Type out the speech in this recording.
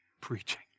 preaching